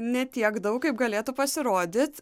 ne tiek daug kaip galėtų pasirodyt